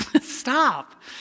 Stop